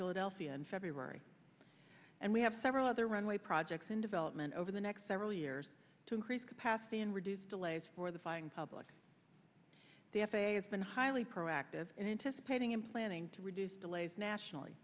philadelphia in february and we have several other runway projects in development over the next several years to increase capacity and reduce delays for the flying public the f a a has been highly proactive in anticipating in planning to reduce delays nationally